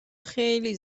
خیلی